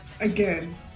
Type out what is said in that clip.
Again